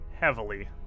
heavily